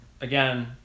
again